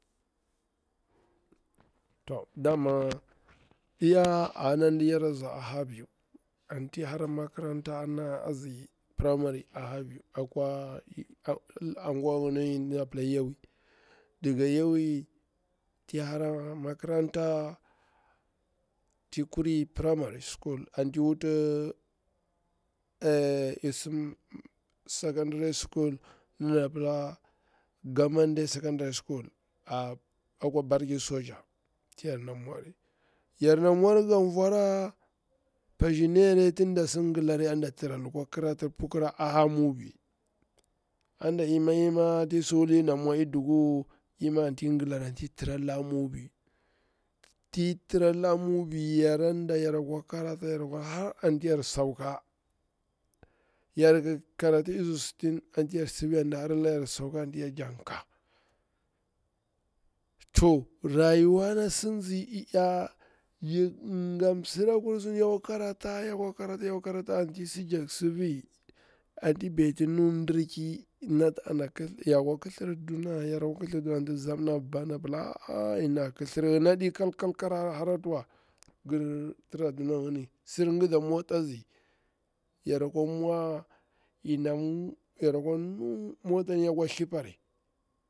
To dama iya dama nɗi yara a nzi a biu, anti hara makarantir na primary a nzi a biu akwa anguwa ngini nɗa na pila yawi, daga yawi tiyikuri primary school anti i sim makarantir sakandare nati, nɗa na pila government day secondary school akwa barki soja, ti yar na mwari, yar na mwari nga vora, pazina yare, tin da si glari anti na lukwa kratir pukira a ha mubi, anda ima ima ti isi wuti yana mwa i duku, imi anti glari anti i tra ;la mubi, ti i tra la mubi yara nda yara kwa krata, yara kwa har anti yar sauka, yarki krata isubu sitting anti yar sifiya anti ndi hara layar sauka, anti yar jakti ka a. To rayuwana si nzi nyanya ya kwa krata, ya kwa krata iki ng msira anti i si jek sifi anti i beti nu mdirki nati yora kwa kithlirir duna yaru, yara kwa kithlirir duna anti zamna bi baha pila a a ina, kithlirir ngini aɗi kalkal kara harati wa, ngir tira duna ngini, sir ƙida mota a nzi, yara kwa mwa yakwa nu mota ni yakwa thiɓari.